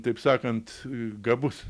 taip sakant gabus